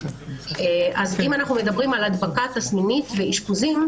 אם אנחנו מדברים על הדבקה תסמינית ואשפוזים,